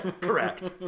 Correct